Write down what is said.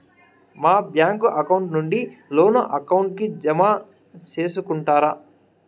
మా bank account నుండి loan account కి జామ సేసుకుంటారా?